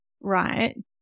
Right